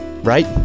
right